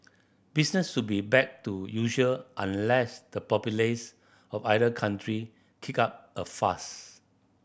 business should be back to usual unless the populace of either country kick up a fuss